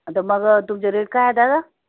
आता बघा तुमचे रेट काय आहे दादा